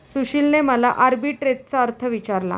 सुशीलने मला आर्बिट्रेजचा अर्थ विचारला